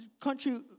country